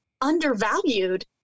undervalued